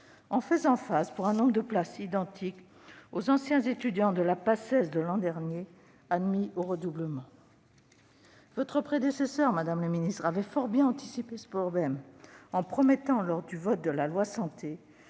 en faisant face, pour un nombre de places identique, aux anciens étudiants de la Paces de l'an dernier admis au redoublement. Le prédécesseur de l'actuel ministre de la santé avait fort bien anticipé ce problème, en promettant lors du vote de la loi Santé